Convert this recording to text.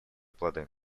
плоды